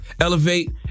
elevate